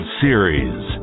series